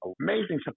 amazing